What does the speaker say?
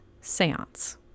Seance